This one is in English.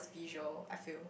visual I feel